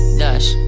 dash